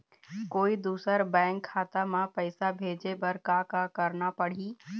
कोई दूसर बैंक खाता म पैसा भेजे बर का का करना पड़ही?